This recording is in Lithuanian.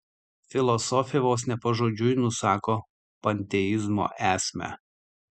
filosofė vos ne pažodžiui nusako panteizmo esmę